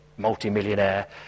multi-millionaire